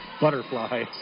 butterfly